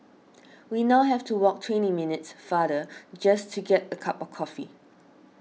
we now have to walk twenty minutes farther just to get a cup of coffee